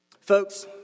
Folks